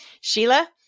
Sheila